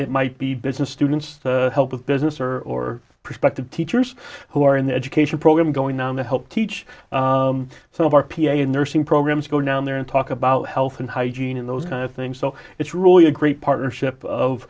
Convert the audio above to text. it might be business students the help of business or or prospective teachers who are in the education program going down to help teach some of our p a in nursing programs go down there and talk about health and hygiene in those kind of things so it's really a great partnership of